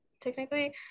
technically